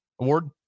Award